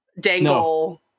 dangle